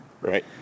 Right